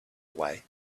away